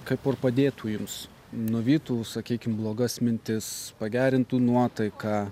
kaip ir padėtų jums nuvytų sakykim blogas mintis pagerintų nuotaiką